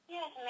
Yes